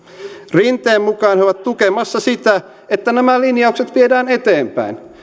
rinteen mukaan he ovat tukemassa sitä että nämä linjaukset viedään eteenpäin